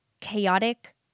Chaotic